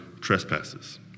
trespasses